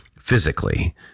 Physically